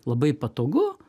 labai patogu